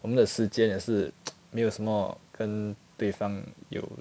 我们的世界是 没有什么跟对方有